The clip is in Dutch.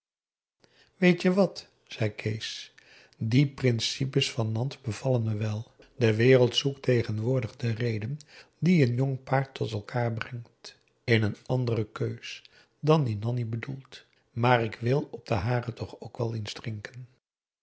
weet je wat zei kees die principes van nant bevallen me wel de wereld zoekt tegenwoordig de reden die een jong paar tot elkaar brengt in een andere keus dan die nanni bedoelt maar ik wil op de hare toch wel eens drinken